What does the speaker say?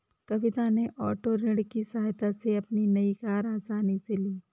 कविता ने ओटो ऋण की सहायता से अपनी नई कार आसानी से ली